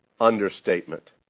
understatement